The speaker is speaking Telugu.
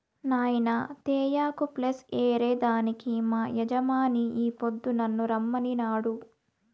నాయినా తేయాకు ప్లస్ ఏరే దానికి మా యజమాని ఈ పొద్దు నన్ను రమ్మనినాడు